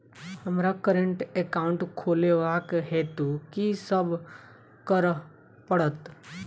हमरा current account खोलेवाक हेतु की सब करऽ पड़त?